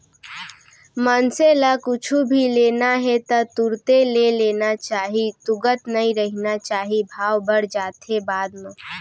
मनसे ल कुछु भी लेना हे ता तुरते ले लेना चाही तुगत नइ रहिना चाही भाव बड़ जाथे बाद म